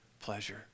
pleasure